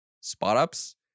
spot-ups